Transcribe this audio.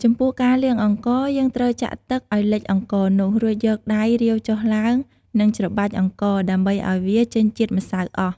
ចំំពោះការលាងអង្ករ យើងត្រូវចាក់ទឹកឱ្យលិចអង្ករនោះ រួចយកដៃរាវចុះឡើង និងច្របាច់អង្ករ ដើម្បឱ្យវាចេញជាតិម្សៅអស់។